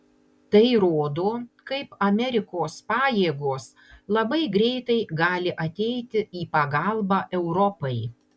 tai rodo kaip amerikos pajėgos labai greitai gali ateiti į pagalbą europai